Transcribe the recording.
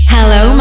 Hello